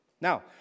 Now